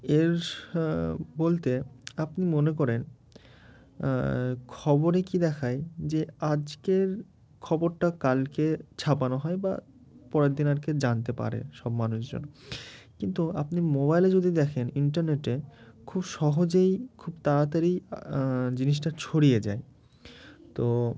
এর বলতে আপনি মনে করেন খবরে কী দেখায় যে আজকের খবরটা কালকে ছাপানো হয় বা পরের দিন আরকী জানতে পারে সব মানুষজন কিন্তু আপনি মোবাইলে যদি দেখেন ইন্টারনেটে খুব সহজেই খুব তাড়াতাড়ি জিনিসটা ছড়িয়ে যায় তো